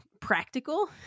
practical